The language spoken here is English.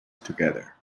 together